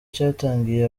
cyatangiye